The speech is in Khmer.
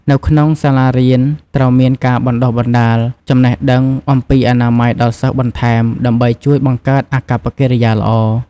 នៅក្នុងសាលារៀនត្រូវមានការបណ្តុះបណ្តាល ចំណេះដឺងអំពីអនាម័យដល់សិស្សបន្ថែមដើម្បីជួយបង្កើតអាកប្បកិរិយាល្អ។